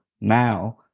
now